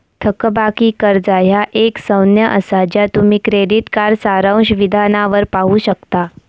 थकबाकी कर्जा ह्या एक संज्ञा असा ज्या तुम्ही क्रेडिट कार्ड सारांश विधानावर पाहू शकता